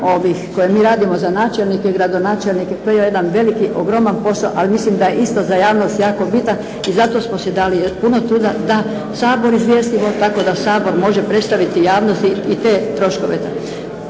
koje mi radimo za načelnike i gradonačelnike to je jedan veliki, ogroman posao ali mislim da je isto za javnost jako bitan ali smo si dali puno truda da Sabor izvijestimo tako da Sabor može predstaviti javnosti i te troškove.